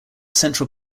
central